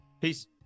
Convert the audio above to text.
Peace